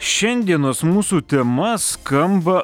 šiandienos mūsų tema skamba